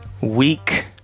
Week